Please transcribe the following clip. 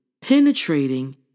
penetrating